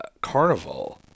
carnival